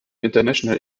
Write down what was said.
international